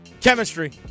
Chemistry